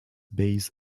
base